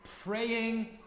praying